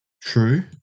true